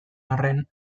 arren